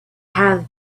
have